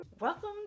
Welcome